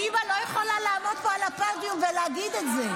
האימא לא יכולה לעמוד פה על הפודיום ולהגיד את זה.